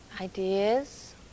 ideas